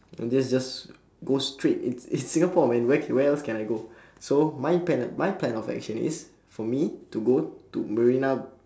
and just just go straight in in singapore when where where else can I go so my plan my plan of action is for me to go to marina